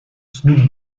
snoop